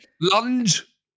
Lunge